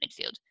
midfield